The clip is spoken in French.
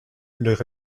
leur